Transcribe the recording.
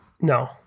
No